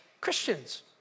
Christians